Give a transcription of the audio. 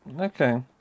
okay